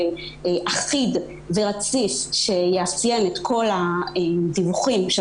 אחיד ורציף שיאפיין את כל הדיווחים של